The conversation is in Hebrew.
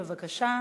בבקשה.